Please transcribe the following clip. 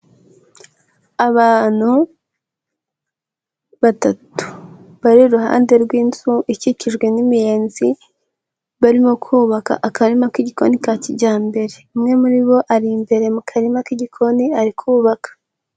Abantu batatu bari iruhande rw'inzu ikikijwe n'imiyenzi, barimo kubaka akarima k'igikoni ka kijyambere, umwe muri bo ari imbere mu karima k'igikoni ari kubaka.